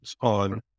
on